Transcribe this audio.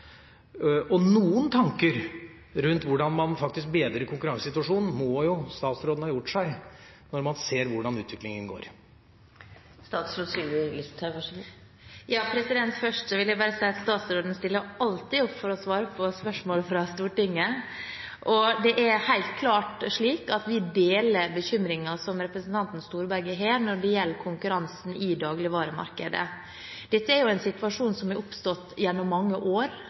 Noen tanker rundt hvordan man faktisk bedrer konkurransesituasjonen, må jo statsråden ha gjort seg, når man ser hvordan utviklinga går. Først vil jeg bare si at statsråden stiller alltid opp for å svare på spørsmål fra Stortinget, og det er helt klart slik at vi deler bekymringen som representanten Storberget har når det gjelder konkurransen i dagligvaremarkedet. Dette er en situasjon som har oppstått gjennom mange år,